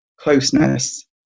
closeness